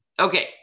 Okay